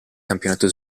campionato